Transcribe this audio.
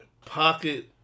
pocket